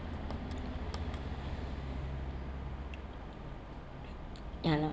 ya loh